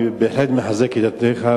אני בהחלט מחזק את ידיך,